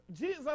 Jesus